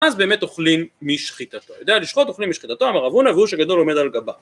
אז באמת אוכלים משחיטתו. יודע לשחוט, אוכלים משחיטתו, אמר רב הונא, והוא שגדול עומד על גבה